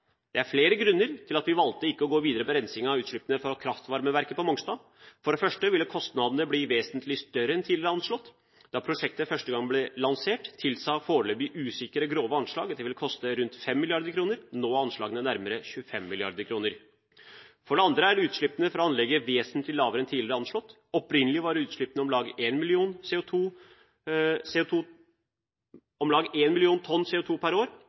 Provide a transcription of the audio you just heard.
«Det er flere grunner til at vi valgte å ikke gå videre med rensing av utslippene fra kraftvarmeverket på Mongstad. For det første ville kostnadene bli vesentlig større enn tidligere anslått. Da prosjektet første gang ble lansert, tilsa foreløpige, usikre, grove anslag at det ville koste rundt 5 mrd. kr. Nå er anslagene nærmere 25 mrd. kr. For det andre er utslippene fra anlegget vesentlig lavere enn tidligere anslått. Opprinnelig var utslippene om lag én million tonn CO2 per år. Nå er utslippene om lag en halv million tonn CO2 per år